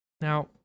Now